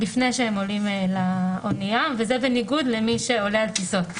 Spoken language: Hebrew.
לפני שהם עולים לאנייה וזה בניגוד למי שעולה על טיסות.